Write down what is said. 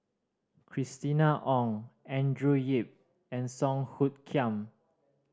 Christina Ong Andrew Yip and Song Hoot Kiam